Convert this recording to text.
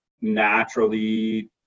naturally